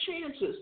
chances